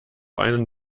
einen